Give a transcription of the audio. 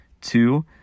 Two